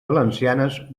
valencianes